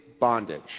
bondage